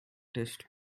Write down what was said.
test